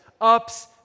ups